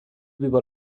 people